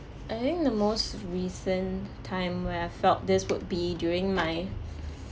I think the most recent time where I felt this would be during my